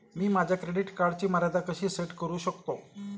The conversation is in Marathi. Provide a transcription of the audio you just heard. मी माझ्या क्रेडिट कार्डची मर्यादा कशी सेट करू शकतो?